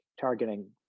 targeting